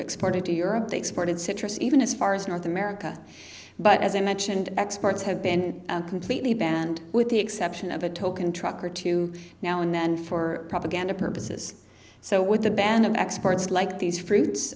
exported to europe they exported citrus even as far as north america but as i mentioned exports have been completely banned with the exception of a token truck or two now and then for propaganda purposes so with the ban of exports like these fruits